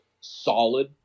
solid